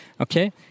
Okay